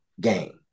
game